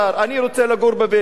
אני רוצה לגור בווילה,